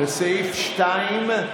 לסעיף 2,